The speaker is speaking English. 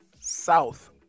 South